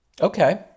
Okay